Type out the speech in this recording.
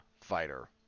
fighter